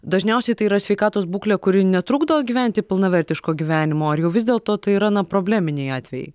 dažniausiai tai yra sveikatos būklė kuri netrukdo gyventi pilnavertiško gyvenimo ar jau vis dėlto tai yra na probleminiai atvejai